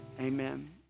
amen